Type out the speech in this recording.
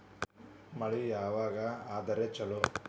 ಮಳಿ ಯಾವಾಗ ಆದರೆ ಛಲೋ?